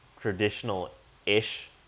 traditional-ish